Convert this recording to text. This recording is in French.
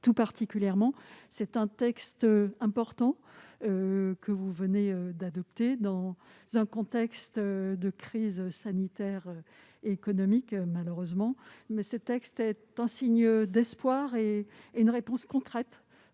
tout particulièrement. C'est un texte important que vous venez d'adopter dans un contexte, hélas, de crise sanitaire et économique. Cette proposition de loi est un signe d'espoir et une réponse concrète